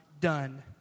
done